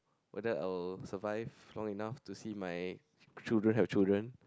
whether I will survive long enough to see my children have children